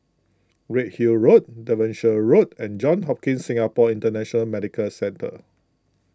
Redhill Road Devonshire Road and Johns Hopkins Singapore International Medical Centre